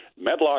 Medlock